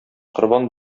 корбан